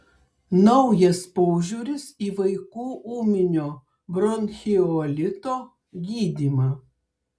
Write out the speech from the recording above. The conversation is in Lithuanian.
naujas požiūris į vaikų ūminio bronchiolito gydymą